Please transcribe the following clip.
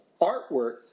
artwork